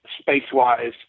space-wise